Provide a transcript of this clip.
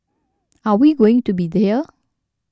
are we going to be there